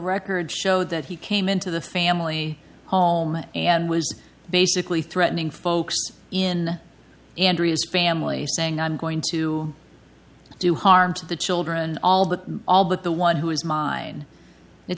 records show that he came into the family home and was basically threatening folks in andrea's family saying i'm going to do harm to the children all but all but the one who is mine it